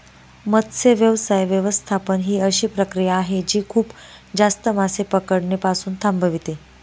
मत्स्य व्यवसाय व्यवस्थापन ही अशी प्रक्रिया आहे जी खूप जास्त मासे पकडणे पासून थांबवते